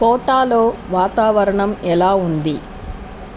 కోటాలో వాతావరణం ఎలా ఉంది